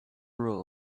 rule